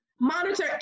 Monitor